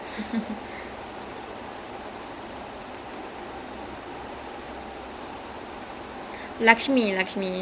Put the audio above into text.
oh but but he does this [one] dance movie so there was this one small girl like I think she's ten or eleven